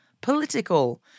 political